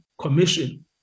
Commission